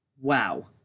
Wow